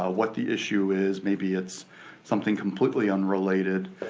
ah what the issue is. maybe it's something completely unrelated.